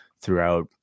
throughout